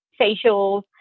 facials